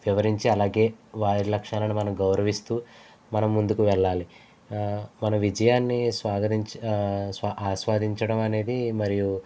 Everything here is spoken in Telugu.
వివరించి అలాగే వారి లక్ష్యాలను మనం గౌరవిస్తూ మనం ముందుకు వెళ్ళాలి మన విజయాన్ని స్వాగతించి ఆస్వాదించడం అనేది మరియు